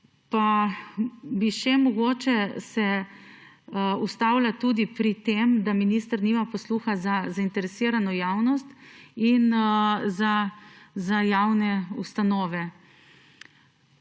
Pa bi se mogoče ustavila še pri tem, da minister nima posluha za zainteresirano javnost in za javne ustanove.